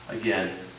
Again